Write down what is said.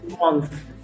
month